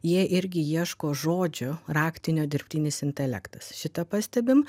jie irgi ieško žodžių raktinio dirbtinis intelektas šitą pastebim